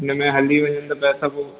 हुन में हली वञनि त पैसा पोइ